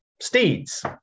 steeds